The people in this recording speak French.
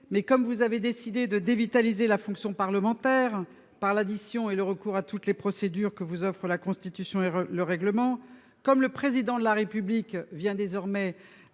Comme vous avez décidé de dévitaliser la fonction parlementaire par l'addition et le recours à toutes les procédures que vous offrent la Constitution et le règlement et comme le Président de la République vient désormais